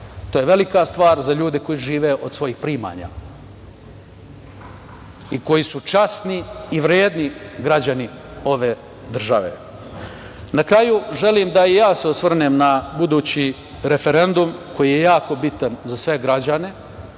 To je velika stvar za ljude koji žive od svojih primanja i koji su časni i vredni građani ove države. Na kraju, želim da se i ja osvrnem na budući referendum koji je jako bitan za sve građane.